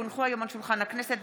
כי הונחו היום על שולחן הכנסת,